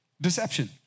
deception